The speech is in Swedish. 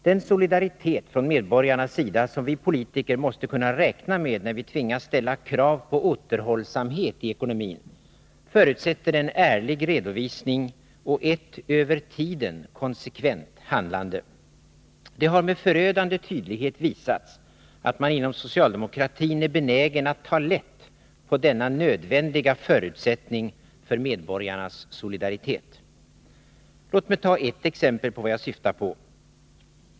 Den solidaritet från medborgarnas sida som vi politiker måste kunna räkna med när vi tvingas ställa krav på återhållsamhet i ekonomin förutsätter en ärlig redovisning och ett över tiden konsekvent handlande. Det har med förödande tydlighet visats att man inom socialde mokratin är benägen att ta lätt på denna nödvändiga förutsättning för medborgarnas solidaritet. Låt mig ge ett exempel på vad jag syftar på.